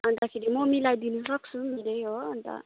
अन्तखेरि म मिलाइदिनु सक्छु मेरो हो अन्त